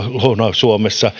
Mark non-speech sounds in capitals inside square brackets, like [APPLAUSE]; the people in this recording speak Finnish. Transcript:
suomessa [UNINTELLIGIBLE]